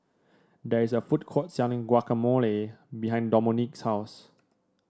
there is a food court selling Guacamole behind Domonique's house